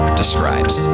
describes